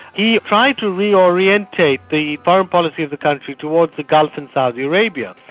he tried to reorientate the foreign policy of the country towards the gulf in saudi arabia,